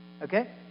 okay